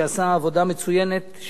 שעשה עבודה מצוינת,